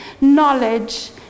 knowledge